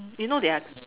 you know their